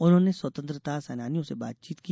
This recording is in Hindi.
उन्होंने स्वतंत्रता सेनानियों से बातचीत की